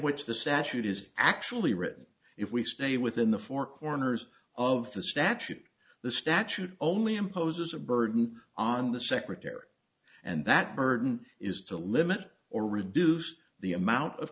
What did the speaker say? which the statute is actually written if we stay within the four corners of the statute the statute only imposes a burden on the secretary and that burden is to limit or reduce the amount of